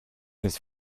his